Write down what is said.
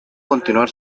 continuar